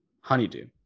honeydew